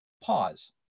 pause